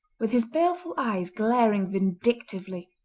with his baleful eyes glaring vindictively,